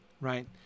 right